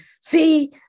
see